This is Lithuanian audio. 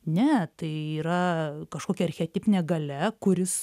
ne tai yra kažkokia archetipinė galia kuris